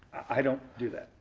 i don't do that.